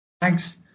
thanks